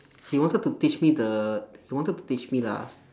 he wanted to teach me the he wanted to teach me lah